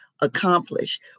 accomplish